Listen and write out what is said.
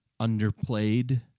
underplayed